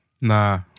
Nah